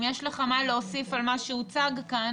רק אם יש לך מה להוסיף על מה שהוצג כאן.